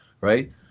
right